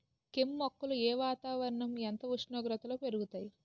కెమ్ మొక్కలు ఏ వాతావరణం ఎంత ఉష్ణోగ్రతలో పెరుగుతాయి?